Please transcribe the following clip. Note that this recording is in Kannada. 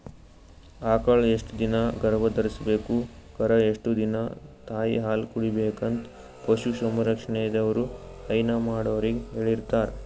ಆಕಳ್ ಎಷ್ಟ್ ದಿನಾ ಗರ್ಭಧರ್ಸ್ಬೇಕು ಕರಾ ಎಷ್ಟ್ ದಿನಾ ತಾಯಿಹಾಲ್ ಕುಡಿಬೆಕಂತ್ ಪಶು ಸಂರಕ್ಷಣೆದವ್ರು ಹೈನಾ ಮಾಡೊರಿಗ್ ಹೇಳಿರ್ತಾರ್